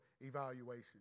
evaluation